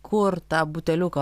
kur tą buteliuką